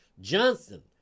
Johnson